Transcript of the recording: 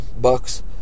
bucks